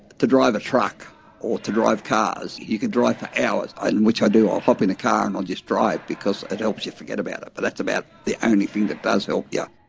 to drive a truck or to drive cars, you can drive for hours, and which i do, i'll hop in a car and i'll just drive because it helps you forget about it. but that's about the only thing that does help ya.